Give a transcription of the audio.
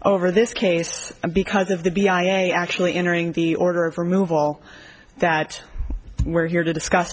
over this case because of the b i actually entering the order of removal that we're here to discuss